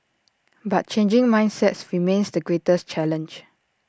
but changing mindsets remains the greatest challenge